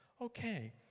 Okay